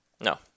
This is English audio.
No